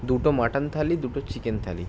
দুটো মাটন থালি দুটো চিকেন থালি